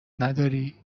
نداری